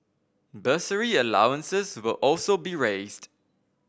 bursary allowances will also be raised